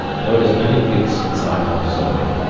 though it is many weeks since i left zoe,